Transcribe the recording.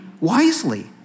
wisely